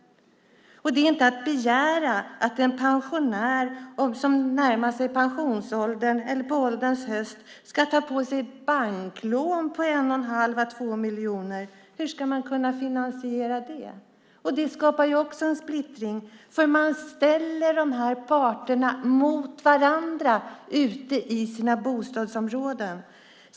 Man kan inte begära att en person som närmar sig pensionsåldern på ålderns höst ska ta på sig banklån på 1 1⁄2 à 2 miljoner. Hur ska man kunna finansiera det? Det skapar också en splittring. Man ställer de här parterna mot varandra ute i bostadsområdena.